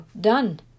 Done